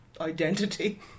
identity